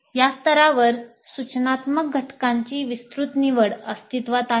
या स्तरावर सूचनात्मक घटकांची विस्तृत निवड अस्तित्वात आहे